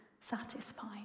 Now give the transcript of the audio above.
satisfied